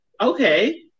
Okay